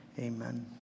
amen